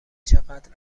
چقدر